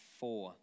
four